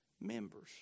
members